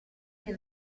che